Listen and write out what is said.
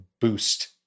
boost